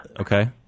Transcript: Okay